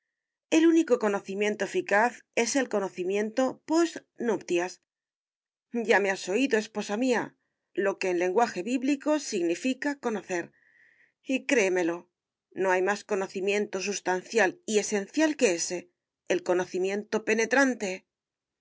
el único conocimiento eficaz es el conocimiento post nuptias ya me has oído esposa mía lo que en lenguaje bíblico significa conocer y créemelo no hay más conocimiento sustancial y esencial que ése el conocimiento penetrante